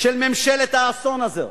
של ממשלת האסון הזו.